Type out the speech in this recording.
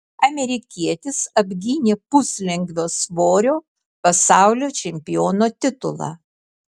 amerikietis apgynė puslengvio svorio pasaulio čempiono titulą